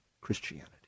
Christianity